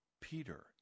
Peter